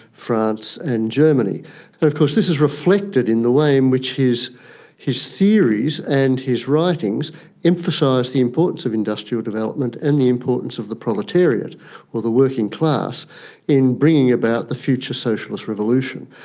france and germany. and of course this is reflected in the way in which his his theories and his writings emphasise the importance of industrial development and the importance of the proletariat or the working class in bringing about the future socialist revolution.